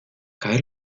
caer